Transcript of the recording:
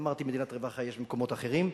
אמרתי: מדינת רווחה יש במקומות אחרים.